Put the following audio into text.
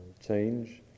change